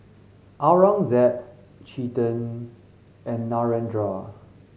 Aurangzeb Chetan and Narendra